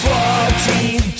Fourteen